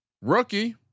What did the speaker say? rookie